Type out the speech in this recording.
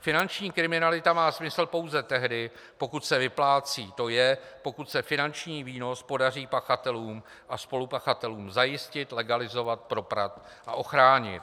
Finanční kriminalita má smysl pouze tehdy, pokud se vyplácí, tj. pokud se finanční výnos podaří pachatelům a spolupachatelům zajistit, legalizovat, proprat a ochránit.